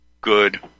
good